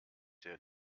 der